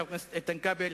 חבר הכנסת איתן כבל,